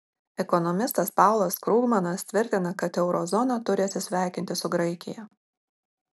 ekonomistas paulas krugmanas tvirtina kad euro zona turi atsisveikinti su graikija